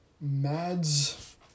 Mads